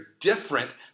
different